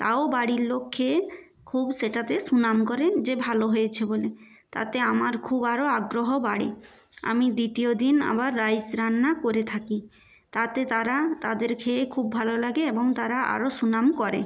তাও বাড়ির লোক খেয়ে খুব সেটাতে সুনাম করেন যে ভালো হয়েছে বলে তাতে আমার খুব আরো আগ্রহ বাড়ে আমি দ্বিতীয় দিন আবার রাইস রান্না করে থাকি তাতে তারা তাদের খেয়ে খুব ভালো লাগে এবং তারা আরও সুনাম করে